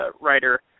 writer